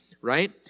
right